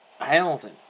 Hamilton